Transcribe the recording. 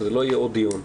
שזה לא יהיה עוד דיון.